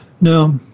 Now